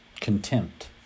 Contempt